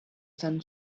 sun